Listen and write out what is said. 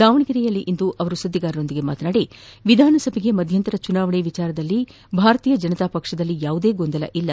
ದಾವಣಗೆರೆಯಲ್ಲಿಂದು ಸುದ್ವಿಗಾರರೊಂದಿಗೆ ಮಾತನಾಡಿದ ಅವರು ವಿಧಾನಸಭೆಗೆ ಮಧ್ಯಂತರ ಚುನಾವಣೆ ವಿಷಯದಲ್ಲಿ ಭಾರತೀಯ ಜನತಾ ಪಕ್ಷದಲ್ಲಿ ಯಾವುದೇ ಗೊಂದಲವಿಲ್ಲ